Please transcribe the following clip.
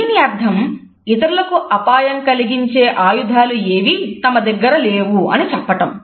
దీని అర్థం ఇతరులకు అపాయం కలిగించే ఆయుధాలు ఏవి తమ దగ్గర లేవు అని చెప్పటం